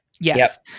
Yes